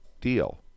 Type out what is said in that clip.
deal